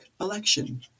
election